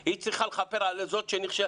היא צריכה לכפר על זאת ש,